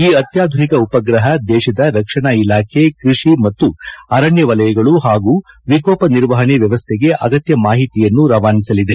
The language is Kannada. ಈ ಅತ್ಯಾಧುನಿಕ ಉಪಗ್ರಹ ದೇಶದ ರಕ್ಷಣಾ ಇಲಾಖೆ ಕೃಷಿ ಮತ್ತು ಅರಣ್ಯ ವಲಯಗಳು ಹಾಗೂ ವಿಕೋಪ ನಿರ್ವಹಣೆ ವ್ಕವಸ್ಥೆಗೆ ಅಗತ್ಯ ಮಾಹಿತಿಯನ್ನು ರವಾನಿಸಲಿದೆ